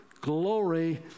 glory